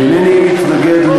אינני מתנגד.